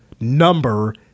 number